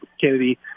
Kennedy